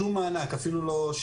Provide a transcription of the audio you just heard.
שום מענק, אפילו לא שקל.